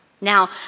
Now